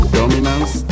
dominance